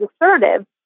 assertive